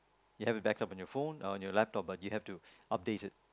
you have a back up on your phone or your laptop but you have to update it